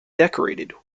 decorated